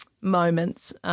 moments